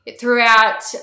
Throughout